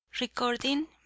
Recording